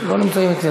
לא נמצאים אצלי.